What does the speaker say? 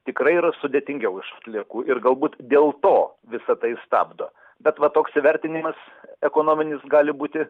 tikrai yra sudėtingiau iš atliekų ir gal būt dėl to visa tai stabdo bet va toks įvertinimas ekonominis gali būti